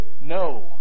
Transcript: No